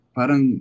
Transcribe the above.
parang